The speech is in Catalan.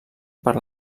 per